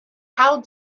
how